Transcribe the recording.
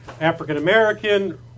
African-American